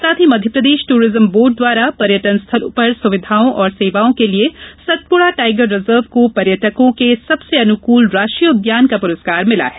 साथ ही Madhya Pradesh tourism board द्वारा पर्यटनस्थलों पर सुविधाओं और सेवाओं के लिए सतपुड़ा टाइगर रिजर्व को पर्यटको के सबसे अनुकूल राष्ट्रीय उद्यान का पुरस्कार मिला है